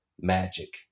magic